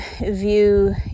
view